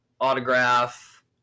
autograph